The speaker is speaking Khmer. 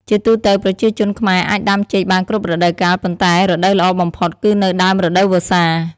ជាទូទៅ ប្រជាជនខ្មែរអាចដាំចេកបានគ្រប់រដូវកាល ប៉ុន្តែរដូវល្អបំផុតគឺនៅដើមរដូវវស្សា។